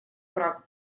прав